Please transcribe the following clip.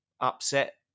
upset